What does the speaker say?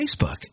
Facebook